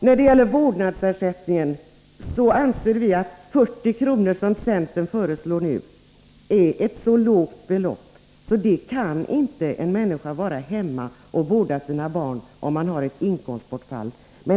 När det gäller vårdnadsersättningen anser vi att 40 kr., som centern nu föreslår, är ett så lågt belopp att en människa inte kan vara hemma och vårda barn om hon har ett inkomstbortfall.